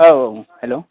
औ हेलौ